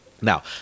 Now